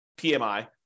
PMI